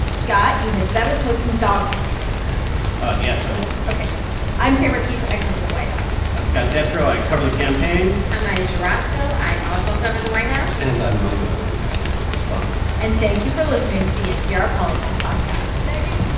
scott, you had better post some dog pictures in there yes, i will ok, good i'm tamara keith. i cover the white house i'm scott detrow. i cover the campaign i'm ayesha rascoe. i also cover the white house and i'm ron elving, editor correspondent and thank you for listening to the npr politics podcast ladies,